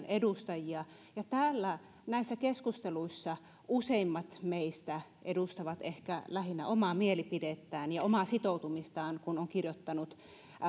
edustajia ja täällä näissä keskusteluissa useimmat meistä edustavat ehkä lähinnä omaa mielipidettään ja omaa sitoutumistaan kun on kirjoittanut